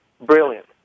brilliant